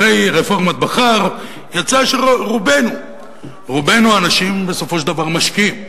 אחרי רפורמת בכר יצא שרובנו אנשים בסופו של דבר משקיעים.